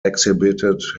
exhibited